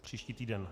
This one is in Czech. Příští týden.